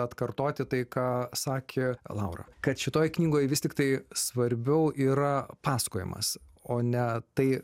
atkartoti tai ką sakė laura kad šitoj knygoj vis tiktai svarbiau yra pasakojimas o ne tai